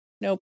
nope